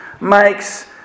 makes